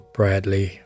Bradley